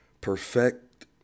perfect